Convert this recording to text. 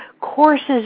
courses